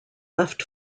left